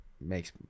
makes